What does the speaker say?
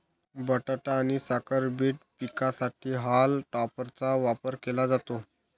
बटाटा आणि साखर बीट पिकांसाठी हॉल टॉपरचा वापर केला जातो